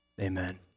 amen